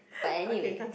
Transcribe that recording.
but anyway